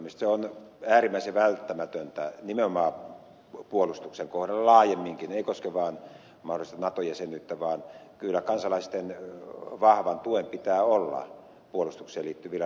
se on äärimmäisen välttämätöntä nimenomaan puolustuksen kohdalla laajemminkin se ei koske vaan mahdollista nato jäsenyyttä vaan kyllä puolustukseen liittyville ratkaisuille pitää olla kansalaisten vahva tuki